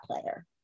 player